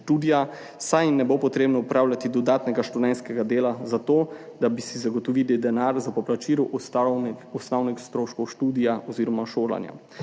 saj jim ne bo potrebno opravljati dodatnega študentskega dela za to, da bi si zagotovili denar za poplačilo osnovnih stroškov študija oziroma šolanja.